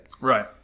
right